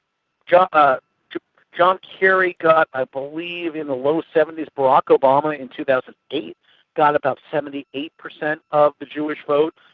john ah john kerry got, i believe in the low seventy s, barack obama in two thousand and eight got about seventy eight per cent of the jewish vote.